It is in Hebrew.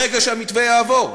ברגע שהמתווה יעבור.